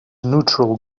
neutral